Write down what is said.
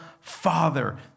Father